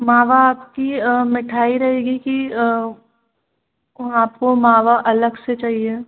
मावा आपकी मिठाई रहेगी कि आपको मावा अलग से चाहिए